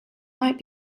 might